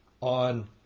on